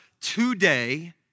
today